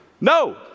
No